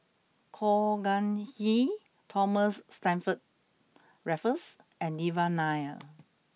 Khor Ean Ghee Thomas Stamford Raffles and Devan Nair